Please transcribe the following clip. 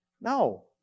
No